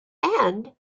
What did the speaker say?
and